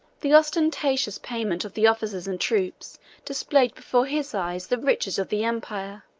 the ostentatious payment of the officers and troops displayed before his eyes the riches of the empire